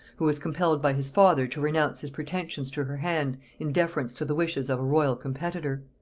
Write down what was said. who was compelled by his father to renounce his pretensions to her hand in deference to the wishes of a royal competitor.